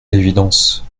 l’évidence